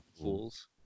fools